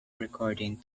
recording